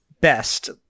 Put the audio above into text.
best